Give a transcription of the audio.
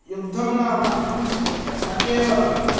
युद्धं नाम न केवलं